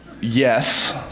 Yes